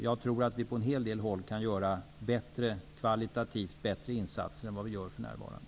Jag tror att vi på en hel del håll kan göra kvalitativt bättre insatser än vad vi gör för närvarande.